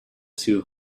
too